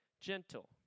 gentle